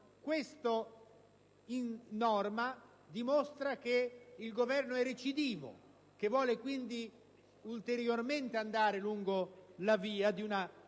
questa norma dimostra che il Governo è recidivo, nel senso che vuole ulteriormente andare lungo la via di una